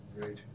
great